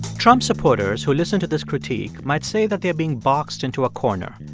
trump supporters who listen to this critique might say that they are being boxed into a corner.